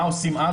מה עושים אז?